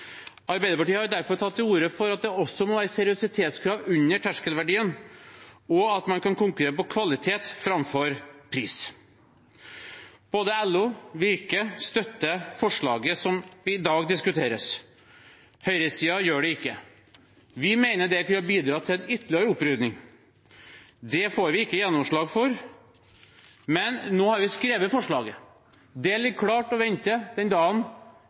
Arbeiderpartiet har derfor tatt til orde for at det også må være seriøsitetskrav under terskelverdiene, og at man kan konkurrere på kvalitet framfor pris. Både LO og Virke støtter forslaget som i dag diskuteres. Høyresiden gjør det ikke. Vi mener det kunne ha bidratt til en ytterligere opprydning. Det får vi ikke gjennomslag for, men nå har vi skrevet forslaget. Det ligger klart og venter på den dagen